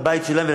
שלהם.